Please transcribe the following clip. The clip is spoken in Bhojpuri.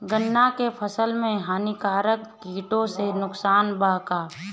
गन्ना के फसल मे हानिकारक किटो से नुकसान बा का?